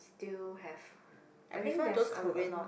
still have I think there's a a lot